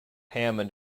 hammond